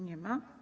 Nie ma.